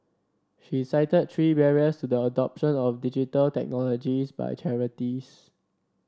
she cited three barriers to the adoption of Digital Technologies by charities